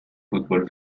fútbol